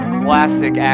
classic